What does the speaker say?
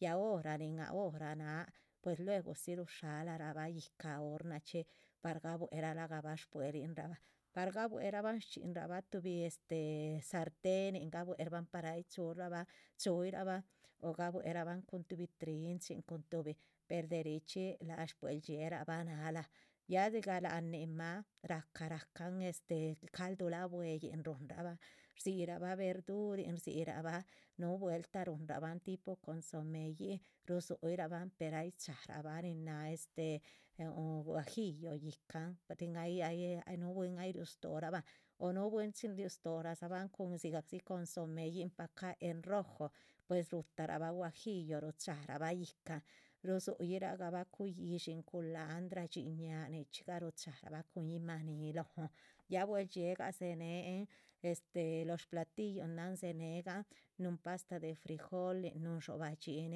Ya hora ninh a hora naah pues luegusí ru´shar´lraba yíhca hornachí par gabuéh laraba bue´linra´ba par gabuéh´raban shchxínraba tuhbi este sartehnin gabuéh´raban par ai chxuíraba o gabuéh´raban cun tuhbí trinchi cun tuhbin per de richxí laah sh bue´ldxi´ee´hraba na´ra ya siga lá´nhnin´má racá racan este caldu la´bueín run´rában, rzira´ba verdurin rzira´ban nuvuelta run´raban tipo consoméin rusuirában per aiiy ruchxrában nin nah este guajillo yicanh tin nu bwín aiiy riú stóoban o nu bwínn- chin riú stóohn siga pa consoméin en rojo pues ruta´raba guajillo rucha´ban yicánh rushuirába cu´yihdxi cun culandrá dhxín ña nichxíga ru´cha´raba cun yiimani lonh ya bue´ldxiee´ dzee´nenh los platillonanh dzee´neganh nu´hn pasta te frijolín nu´hn dxobah dhxín